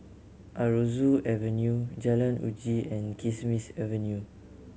Aroozoo Avenue Jalan Uji and Kismis Avenue